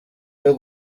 ryo